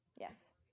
Yes